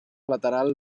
lateral